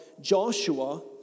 Joshua